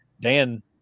Dan